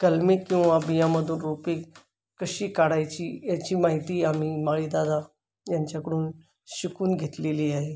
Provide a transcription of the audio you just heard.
कलमे किंवा बियामधून रोपे कशी काढायची याची माहिती आम्ही माळीदादा यांच्याकडून शिकून घेतलेली आहे